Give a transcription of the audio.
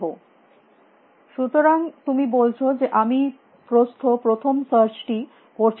এখন ছাত্র সুতরাং তুমি বলছ যে আমি প্রস্থ প্রথম সার্চটি করছি না কেন